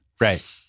Right